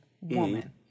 woman